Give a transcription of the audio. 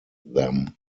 them